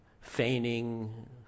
feigning